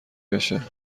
بشه